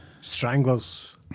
stranglers